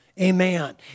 Amen